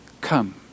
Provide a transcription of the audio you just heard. come